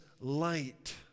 light